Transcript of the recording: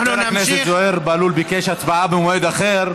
חבר הכנסת זוהיר בהלול ביקש הצבעה במועד אחר,